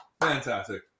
Fantastic